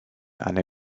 anne